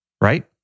right